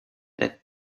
that